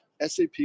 SAP